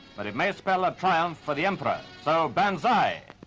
but it may spell a triumph for the emperor. so banzai!